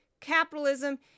capitalism